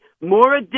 more